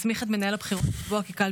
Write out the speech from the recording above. אני מקווה שאני אפתיע אותך קצת.